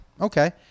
okay